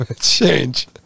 change